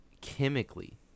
Chemically